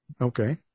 Okay